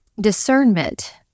Discernment